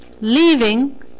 leaving